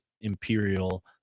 imperial